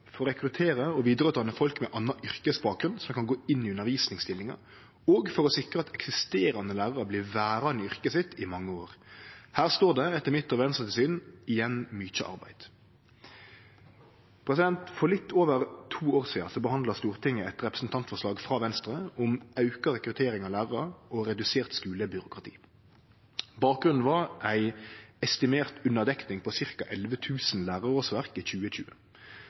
for å rekruttere og vidareutdanne folk med annan yrkesbakgrunn som kan gå inn i undervisningsstillingar, og for å sikre at eksisterande lærarar blir verande i yrket sitt i mange år. Her står det etter mitt og Venstre sitt syn igjen mykje arbeid. For litt over to år sidan behandla Stortinget eit representantforslag frå Venstre om auka rekruttering av lærarar og redusert skulebyråkrati. Bakgrunnen var ei estimert underdekning på ca. 11 000 lærarårsverk i 2020.